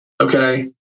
Okay